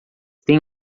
têm